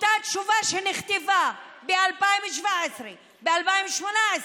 אותה תשובה שנכתבה ב-2017, 2018,